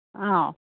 ꯑꯧ